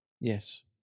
Yes